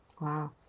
Wow